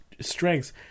strengths